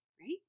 right